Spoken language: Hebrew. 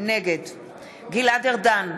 נגד גלעד ארדן,